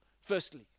firstly